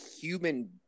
human